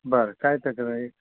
बर काय तक्रार आहे